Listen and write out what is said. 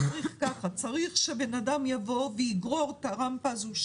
צריך שאדם יבוא ויגרור את הרמפה הזאת,